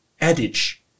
adage